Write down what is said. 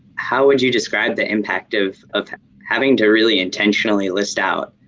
how would you describe the impact of of having to really intentionally list out